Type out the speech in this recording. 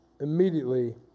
immediately